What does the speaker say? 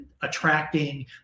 attracting